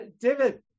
David